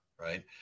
right